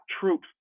troops